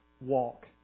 walk